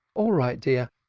all right, dear,